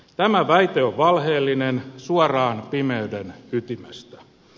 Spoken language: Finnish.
tämä väite on valheellinen suoraan pimeyden ytimestä